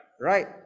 Right